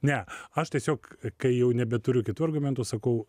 ne aš tiesiog kai jau nebeturiu kitų argumentų sakau